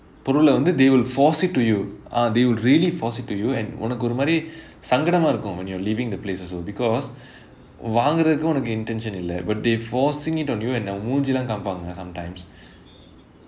பொருளை வந்து:porulai vanthu they will force it to you ah they will really force it to you and உனக்கு ஒரு மாதிரி சங்கடமா இருக்கும்:unakku oru maathiri sangadamaa irukkum when you're leaving the place also because வாங்குறதுக்கு உனக்கு:vaangurathukku unakku intention இல்லை:illai but they forcing it on you and மூன்ஜி எல்லாம் காமிப்பாங்க:moonji ellaam kaamipaanga sometimes